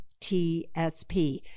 TSP